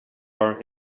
are